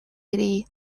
ирье